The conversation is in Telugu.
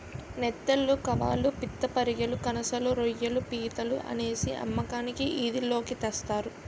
నెత్తళ్లు కవాళ్ళు పిత్తపరిగెలు కనసలు రోయ్యిలు పీతలు అనేసి అమ్మకానికి ఈది లోకి తెస్తారు